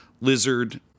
Lizard